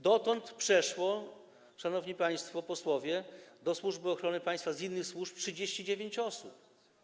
Dotychczas przeszło, szanowni państwo posłowie, do Służby Ochrony Państwa z innych służb 39 osób.